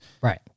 Right